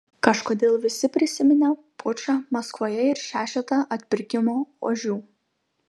kažkodėl visi prisiminė pučą maskvoje ir šešetą atpirkimo ožių